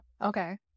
Okay